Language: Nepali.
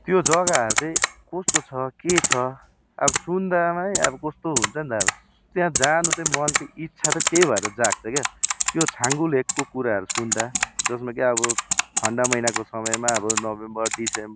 त्यो जग्गाहरू चाहिँ कस्तो छ के छ अब सुन्दामै अब कस्तो हुन्छ नि त त्यहाँ जानु चाहिँ मन चाहिँ इच्छा चाहिँ त्यही भएर जाग्छ क्या यो छाङ्गु लेकको कुराहरू सुन्दा जसमा कि अब ठन्डा महिनाको समयमा अब नोभेम्बर डिसेम्